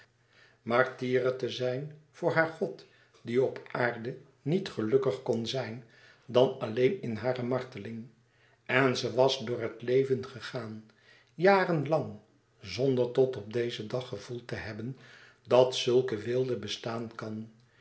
martyre te zijn voor haar god die op aarde niet gelukkig kon zijn dan alleen in hare marteling en ze was door het leven gegaan jaren louis couperus extaze een boek van geluk lang zonder tot op dezen dag gevoeld te hebben dat zulke weelde bestaan kan